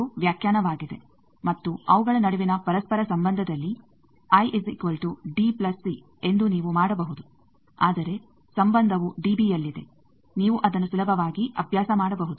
ಇದು ವ್ಯಾಖ್ಯಾನವಾಗಿದೆ ಮತ್ತು ಅವುಗಳ ನಡುವಿನ ಪರಸ್ಪರ ಸಂಬಂಧದಲ್ಲಿ ಎಂದು ನೀವು ಮಾಡಬಹುದು ಆದರೆ ಸಂಬಂಧವು ಡಿಬಿಯಲ್ಲಿದೆ ನೀವು ಅದನ್ನು ಸುಲಭವಾಗಿ ಅಭ್ಯಾಸ ಮಾಡಬಹುದು